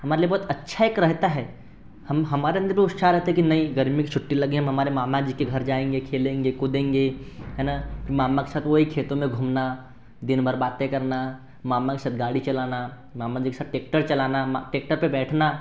हमारे लिए बहुत अच्छा एक रहता है हम हमारे अंदर भी उत्साह रहता है कि नहीं गर्मी की छुट्टी लगे हम हमारे मामाजी के घर जाएँगे खेलेंगे कूदेंगे हैं ना मामा के साथ वो ही खेतो में घूमना दिनभर बातें करना मामा के साथ गाड़ी चलाना मामाजी के साथ टेक्टर चलाना मा टेक्टर पर बैठना